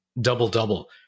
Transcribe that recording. double-double